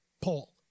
Paul